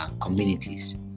communities